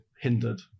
hindered